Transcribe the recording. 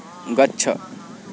गच्छ